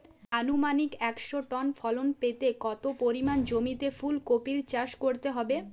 আনুমানিক একশো টন ফলন পেতে কত পরিমাণ জমিতে ফুলকপির চাষ করতে হবে?